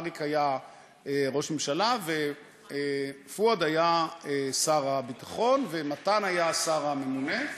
אריק היה ראש ממשלה ופואד היה שר הביטחון ומתן היה השר הממונה.